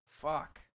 Fuck